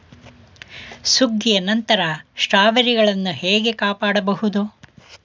ಸುಗ್ಗಿಯ ನಂತರ ಸ್ಟ್ರಾಬೆರಿಗಳನ್ನು ಹೇಗೆ ಕಾಪಾಡ ಬಹುದು?